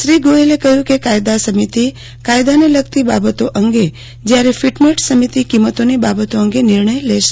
શ્રી ગોયલે કહ્યું કે કાયદા સમિતિ કાયદાને લગતી બાબતો અંગે જ્યારે ફીટમેટ સમિતિ કિંમતોની બાબતો અંગે નિર્ણય લેશે